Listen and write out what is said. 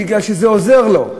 בגלל שזה עוזר לו.